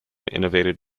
innovative